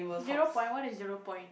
zero point what is zero point